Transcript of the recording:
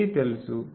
అన్నీ తెలుసు